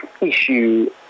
issue